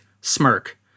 smirk